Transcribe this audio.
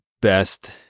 best